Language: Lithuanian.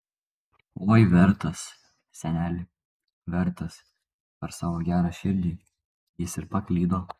oi vertas seneli vertas per savo gerą širdį jis ir paklydo